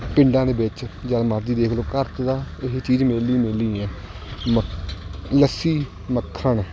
ਪਿੰਡਾਂ ਦੇ ਵਿੱਚ ਜਦ ਮਰਜ਼ੀ ਦੇਖ ਲਉ ਘਰ 'ਚ ਤਾਂ ਇਹ ਚੀਜ਼ ਮਿਲਣ ਹੀ ਮਿਲਣੀ ਹੈ ਮੱ ਲੱਸੀ ਮੱਖਣ